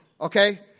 okay